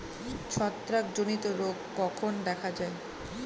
ছত্রাক জনিত রোগ কখন দেখা য়ায়?